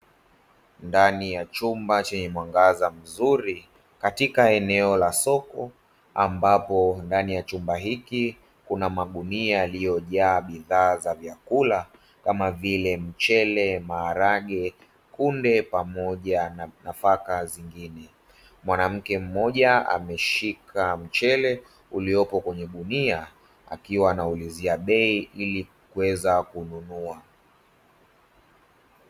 Ndani ya chumba chenye mwangaza mzuri katika eneo la soko ambapo ndani ya chumba hiki kuna magunia yaliyojaa bidhaa za vyakula kama vile: mchele, maharage, kunde pamoja na nafaka zingine. Mwanamke mmoja ameshika mchele uliopo kwenye gunia akiwa anaulizia bei ili kuweza kununua.